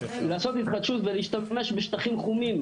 לעשות התחדשות ולהשתמש בשטחים חומים,